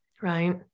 Right